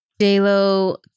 J-Lo